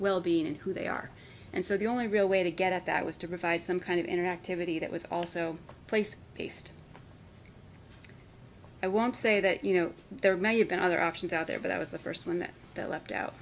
well being and who they are and so the only real way to get at that was to provide some kind of interactivity that was also place based i want to say that you know there may have been other options out there but i was the first one that got left out